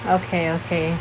okay okay